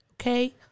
okay